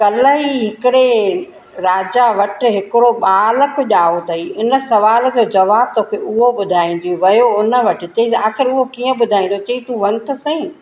काल्ह ई हिकिड़े राजा वटि हिकिड़ो बालक ॼायो तई इन सुवाल जो जवाबु तोखे हुओ ॿुधाईंदियूं वियो उन वटि चईंसि आख़िरु हुओ कीअं ॿुधाईंदो चई तूं वञ त सही